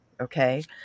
okay